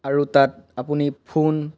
আৰু তাত আপুনি ফোন